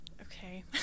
Okay